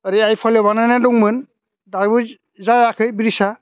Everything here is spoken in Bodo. ओरै आइफवालि बारनानै दंमोन दाबो जायाखै ब्रिडजआ